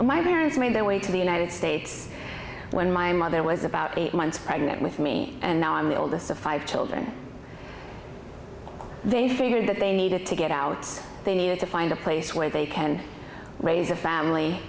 knave my parents made their way to the united states when my mother was about eight months pregnant with me and now i'm the oldest of five children they figured that they needed to get out they needed to find a place where they can raise a family